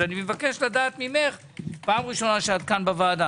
מבקש לדעת ממך, פעם ראשונה שאת בוועדה.